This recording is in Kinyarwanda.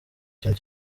ikintu